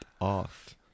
off